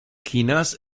chinas